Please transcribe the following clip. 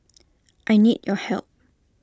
I need your help